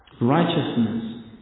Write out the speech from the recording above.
Righteousness